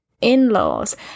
in-laws